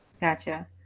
Gotcha